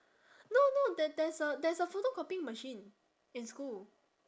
no no there there's a there's a photocopying machine in school